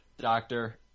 Doctor